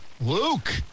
luke